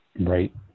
Right